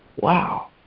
Wow